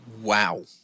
Wow